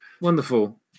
Wonderful